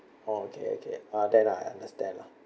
orh okay okay uh then I understand lah